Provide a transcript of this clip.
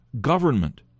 government